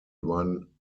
one